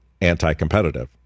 anti-competitive